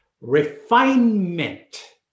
refinement